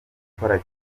gukora